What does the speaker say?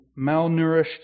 malnourished